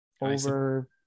over